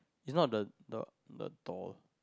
it's not the the the doll